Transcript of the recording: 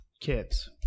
kids